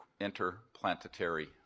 interplanetary